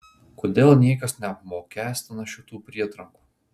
kodėl niekas neapmokestina šitų prietrankų